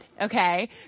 Okay